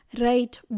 right